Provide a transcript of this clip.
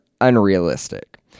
unrealistic